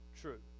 true